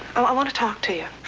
um i want to talk to you.